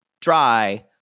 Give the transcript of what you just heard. dry